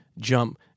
Jump